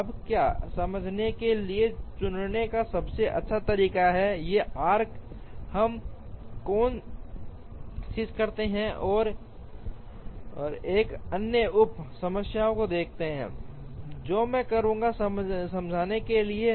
अब क्या समझने के लिए चुनने का सबसे अच्छा तरीका है ये आर्क हम कोशिश करते हैं और एक अन्य उप समस्या को देखते हैं जो मैं करूँगा समझाने के लिये